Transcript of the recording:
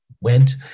went